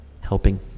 helping